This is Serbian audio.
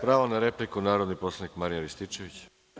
Pravo na repliku, narodni poslanik Marijan Rističević.